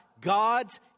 God's